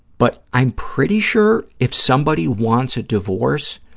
but i'm pretty sure if somebody wants a divorce